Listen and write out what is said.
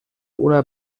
una